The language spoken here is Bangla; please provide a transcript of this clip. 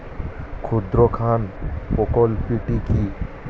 ক্ষুদ্রঋণ প্রকল্পটি কি?